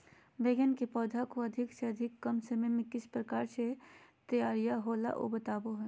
बैगन के पौधा को अधिक से अधिक कम समय में किस प्रकार से तैयारियां होला औ बताबो है?